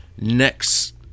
next